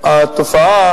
התופעה